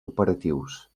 operatius